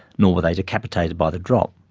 nor were they decapitated by the drop.